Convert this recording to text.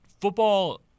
football –